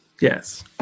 Yes